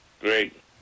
Great